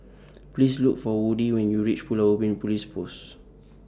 Please Look For Woodie when YOU REACH Pulau Ubin Police Post